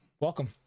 welcome